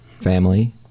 family